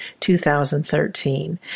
2013